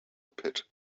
pit